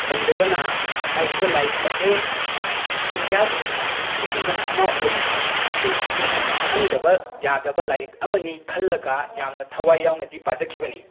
ꯂꯩꯔꯕꯅ ꯍꯥꯏꯔꯤꯕ ꯂꯥꯏꯔꯤꯛ ꯑꯁꯦ ꯏꯟꯗ꯭ꯌꯥꯒꯤ ꯁꯤꯇꯤꯖꯟ ꯑꯃ ꯑꯣꯏꯅ ꯃꯤꯄꯨꯝ ꯈꯨꯗꯤꯡꯃꯛꯅ ꯈꯪꯗꯕ ꯌꯥꯗꯕ ꯂꯥꯏꯔꯤꯛ ꯑꯃꯅꯤ ꯈꯜꯂꯒ ꯌꯥꯝꯅ ꯊꯋꯥꯏ ꯌꯥꯎꯅꯗꯤ ꯄꯥꯖꯈꯤꯕꯅꯤ